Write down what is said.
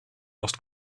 lost